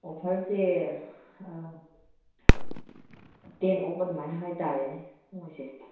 ꯑꯣꯐꯔꯁꯦ ten of ꯑꯗꯨꯃꯥꯏꯅ ꯍꯥꯏ ꯇꯥꯔꯦꯅꯦ ꯃꯣꯏꯁꯦ